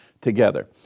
together